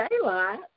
daylight